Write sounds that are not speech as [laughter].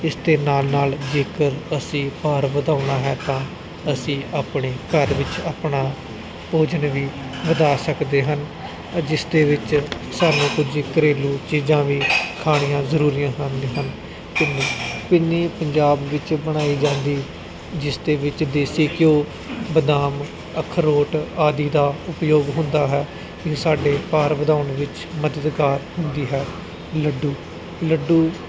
ਇਸ ਦੇ ਨਾਲ ਨਾਲ ਜੇਕਰ ਅਸੀਂ ਭਾਰ ਵਧਾਉਣਾ ਹੈ ਤਾਂ ਅਸੀਂ ਆਪਣੇ ਘਰ ਵਿੱਚ ਆਪਣਾ ਭੋਜਨ ਵੀ ਵਧਾ ਸਕਦੇ ਹਨ ਜਿਸ ਦੇ ਵਿੱਚ ਸਾਨੂੰ ਕੁਝ ਘਰੇਲੂ ਚੀਜ਼ਾਂ ਵੀ ਖਾਣੀਆਂ ਜ਼ਰੂਰੀ [unintelligible] ਹਨ ਪਿੰਨੀ ਪੰਜਾਬ ਵਿੱਚ ਬਣਾਈ ਜਾਂਦੀ ਜਿਸ ਦੇ ਵਿੱਚ ਦੇਸੀ ਘਿਓ ਬਦਾਮ ਅਖਰੋਟ ਆਦਿ ਦਾ ਉਪਯੋਗ ਹੁੰਦਾ ਹੈ ਕਿ ਸਾਡੇ ਭਾਰ ਵਧਾਉਣ ਵਿੱਚ ਮਦਦਗਾਰ ਹੁੰਦੀ ਹੈ ਲੱਡੂ ਲੱਡੂ